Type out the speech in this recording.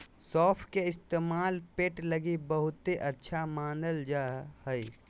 सौंफ के इस्तेमाल पेट लगी बहुते अच्छा मानल जा हय